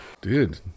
Dude